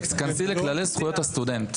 תיכנסי לכללי זכויות הסטודנט.